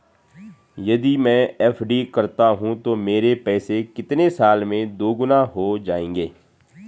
यदि मैं एफ.डी करता हूँ तो मेरे पैसे कितने साल में दोगुना हो जाएँगे?